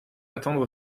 attendre